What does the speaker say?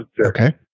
Okay